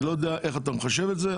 אני לא יודע איך אתה מחשב את זה.